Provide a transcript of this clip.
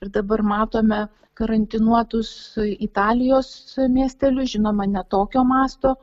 ir dabar matome karantinuotus italijos miestelius žinoma ne tokio masto